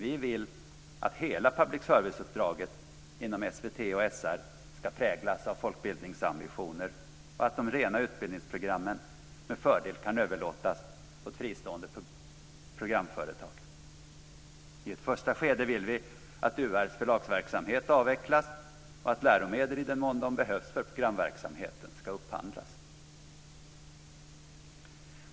Vi vill att hela public seviceuppdraget inom SVT och SR ska präglas av folkbildningsambitioner och anser att de rena utbildningsprogrammen med fördel kan överlåtas åt fristående programföretag. I ett första skede vill vi att UR:s förlagsverksamhet avvecklas och att läromedel, i den mån de behövs för programverksamheten, ska upphandlas.